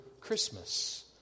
Christmas